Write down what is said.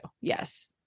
Yes